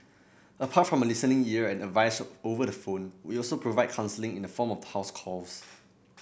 apart from a listening ear and advice over the phone we also provide counselling in the form of house calls